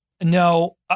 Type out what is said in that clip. No